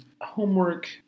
homework